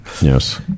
Yes